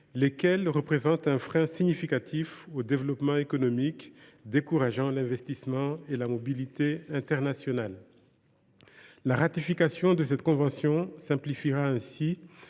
lesquelles représentent un frein significatif au développement économique, décourageant l’investissement et la mobilité internationale. L’approbation de cette convention simplifiera ainsi